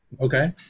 Okay